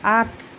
আঠ